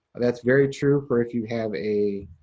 that's very true for if you have a,